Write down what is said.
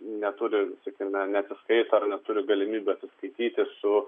neturi sakykime neatsiskaito ar neturi galimybių atsiskaityti su